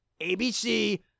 ABC